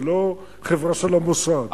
זה לא חברה של "המוסד".